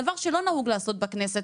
דבר שלא נהוג לעשות בכנסת,